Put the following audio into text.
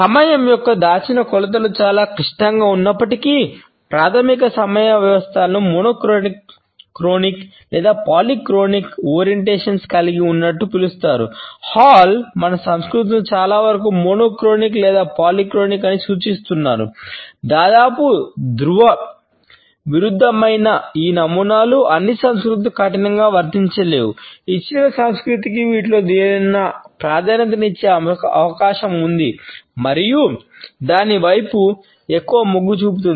సమయం యొక్క దాచిన కొలతలు చాలా క్లిష్టంగా ఉన్నప్పటికీ ప్రాథమిక సమయ వ్యవస్థలను మోనోక్రోనిక్ ఈ నమూనాలు అన్ని సంస్కృతులకు కఠినంగా వర్తించలేవు ఇచ్చిన సంస్కృతికి వీటిలో దేనినైనా ప్రాధాన్యతనిచ్చే అవకాశం ఉంది మరియు దాని వైపు ఎక్కువ మొగ్గు చూపుతుంది